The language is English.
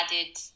added